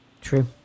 True